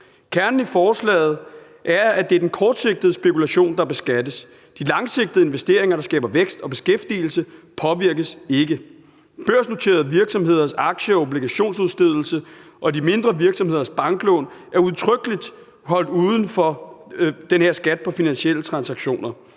Kernen i forslaget er, at det er den kortsigtede spekulation, der beskattes. De langsigtede investeringer, der skaber vækst og beskæftigelse, påvirkes ikke. Børsnoterede virksomheders aktie- og obligationsudstedelse og de mindre virksomheders banklån er udtrykkeligt holdt uden for den her skat på finansielle transaktioner.